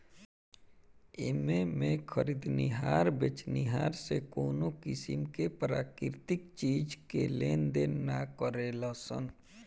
एमें में खरीदनिहार बेचनिहार से कवनो किसीम के प्राकृतिक चीज के लेनदेन ना करेलन सन